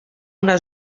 una